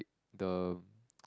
the